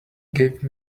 gave